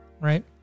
right